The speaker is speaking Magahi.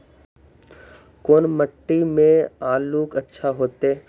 कोन मट्टी में आलु अच्छा होतै?